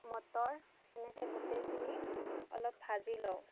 motor এনেকে গোটেইখিনি অলপ ভাজি লওঁ